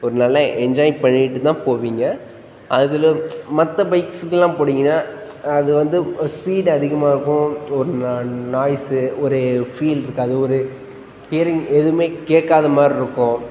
ஒரு நல்ல என்ஜாய் பண்ணிவிட்டு தான் போவீங்க அதில் மற்ற பைக்ஸுக்கெல்லாம் போனீங்கனா அது வந்து இப்போ ஸ்பீட் அதிகமாக இருக்கும் ஒரு நாய்ஸு ஒரு ஃபீல் இருக்காது ஒரு ஹியரிங் எதுவுமே கேட்காத மாரி இருக்கும்